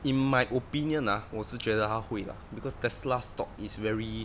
in my opinion ah 我是觉得它会啦 because telsa stock is very